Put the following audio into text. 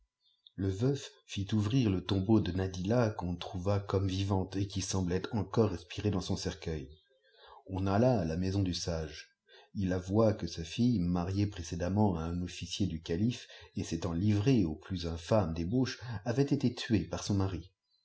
le veuf fit ouvrir je toqibesu de ïadilla qu'on troàvâcbjtoievî aate qui semblait encore respirer dans son cercueil on alla à la maison du sage il avoua une sa fiue mariée précédemment à un qffiçier du calife et s'étant livrée aux plus infàmeis débauches avait étuje par son lari